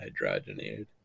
hydrogenated